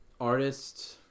Artist